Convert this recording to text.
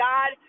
God